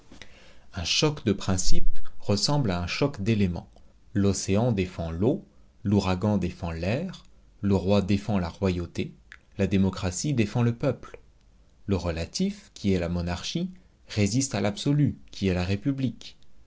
un choc de principes ressemble à un choc d'éléments l'océan défend l'eau l'ouragan défend l'air le roi défend la royauté la démocratie défend le peuple le relatif qui est la monarchie résiste à l'absolu qui est la république